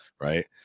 right